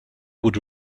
would